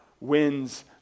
wins